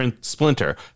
Splinter